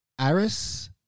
Aris